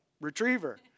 Retriever